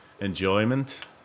enjoyment